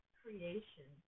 creation